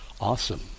Awesome